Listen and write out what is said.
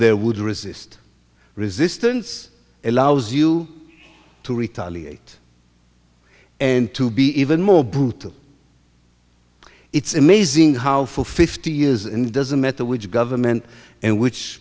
there would resist resistance allows you to retaliate and to be even more brutal it's amazing how for fifty years in doesn't matter which government and which